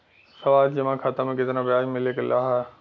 सावधि जमा खाता मे कितना ब्याज मिले ला?